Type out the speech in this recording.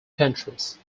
countries